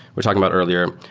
we're talking about earlier,